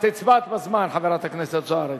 את הצבעת בזמן, חברת הכנסת זוארץ.